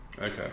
Okay